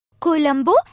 Colombo